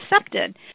accepted